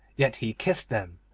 yet he kissed them.